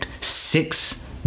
Six